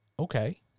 okay